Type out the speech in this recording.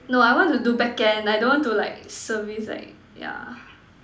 no I want to do back end I don't want to like service like yeah